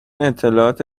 اطلاعات